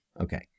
Okay